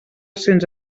cents